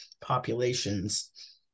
populations